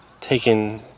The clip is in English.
taken